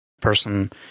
person